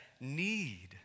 need